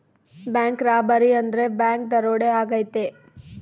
bank robbery ಅಂದ್ರೆ bank ದರೋಡೆ ಆಗೈತೆ